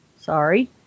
sorry